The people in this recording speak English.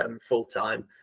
full-time